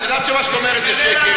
את יודעת שמה שאת אומרת זה שקר,